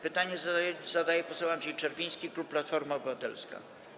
Pytanie zadaje poseł Andrzej Czerwiński, klub Platforma Obywatelska.